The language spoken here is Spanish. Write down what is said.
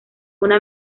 una